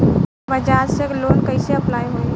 बजाज से लोन कईसे अप्लाई होई?